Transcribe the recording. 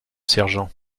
sergent